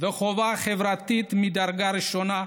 וחובה חברתית מדרגה ראשונה,